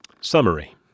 Summary